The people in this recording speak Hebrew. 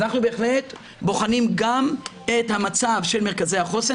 אז אנחנו בהחלט בוחנים גם את המצב של מרכזי החוסן